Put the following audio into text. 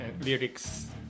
lyrics